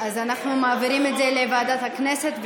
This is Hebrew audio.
אז אנחנו מעבירים לוועדת הכנסת,